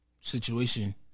Situation